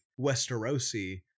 Westerosi